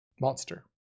Monster